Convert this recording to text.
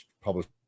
published